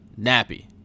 nappy